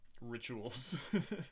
rituals